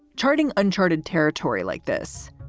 charting uncharted territory like this.